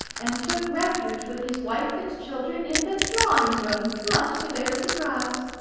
and took refuge with his wife and children in the drawing-room, much to their surprise.